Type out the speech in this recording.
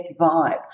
vibe